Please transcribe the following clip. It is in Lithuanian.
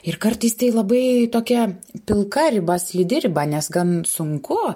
ir kartais tai labai tokia pilka riba slidi riba nes gan sunku